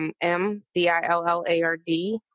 m-d-i-l-l-a-r-d